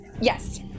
Yes